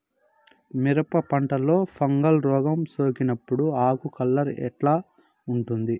మిరప పంటలో ఫంగల్ రోగం సోకినప్పుడు ఆకు కలర్ ఎట్లా ఉంటుంది?